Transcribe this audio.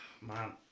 man